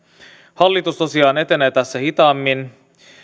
hallitus tosiaan etenee tässä hitaammin